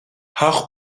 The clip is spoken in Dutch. haar